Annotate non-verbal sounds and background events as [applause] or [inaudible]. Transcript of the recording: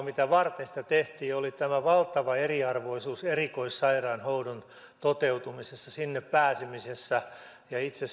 [unintelligible] mitä varten sitä tehtiin oli tämä valtava eriarvoisuus erikoissairaanhoidon toteutumisessa sinne pääsemisessä ja itse [unintelligible]